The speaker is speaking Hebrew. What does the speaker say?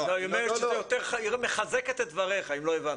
היא מחזקת את דבריך, אם לא הבנת.